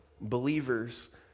Believers